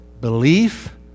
Belief